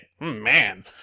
Man